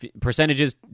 percentages